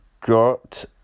got